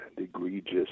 Egregious